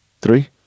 Three